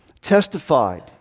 Testified